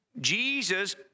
Jesus